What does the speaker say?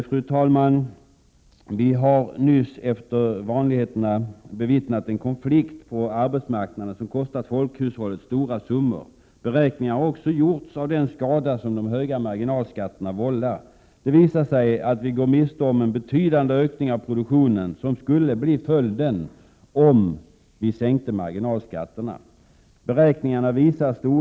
Fru talman! Vi har nyss efter vanligheten bevittnat en konflikt på arbetsmarknaden som kostat folkhushållet stora summor. Beräkningar har också gjorts av den skada som de höga marginalskatterna vållar. Det visar sig att vi går miste om en betydande ökning av produktionen som skulle bli följden om marginalskatterna sänktes.